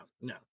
no